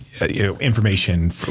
information